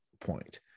Point